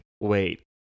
wait